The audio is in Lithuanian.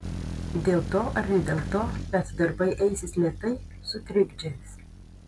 dėl to ar ne dėl to bet darbai eisis lėtai su trikdžiais